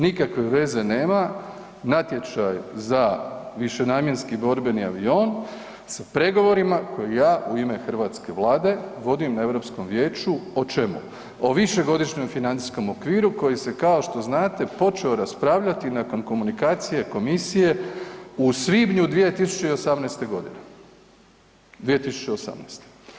Nikakve veze nema natječaj za višenamjenski borbeni avion s pregovorima koje ja u ime hrvatske Vlade vodim na Europskom vijeću, o čemu, o višegodišnjem financijskom okviru koji se kao što znate počeo raspravljati nakon komunikacije komisije u svibnju 2018. godine, 2018.